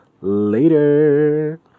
later